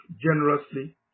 generously